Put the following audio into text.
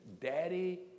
daddy